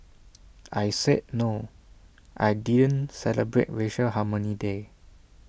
I said no I didn't celebrate racial harmony day